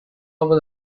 bhfuil